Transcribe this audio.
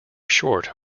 short